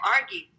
argue